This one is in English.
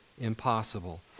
impossible